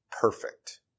perfect